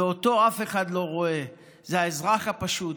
ואותו אף אחד לא רואה, זה האזרח הפשוט.